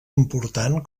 important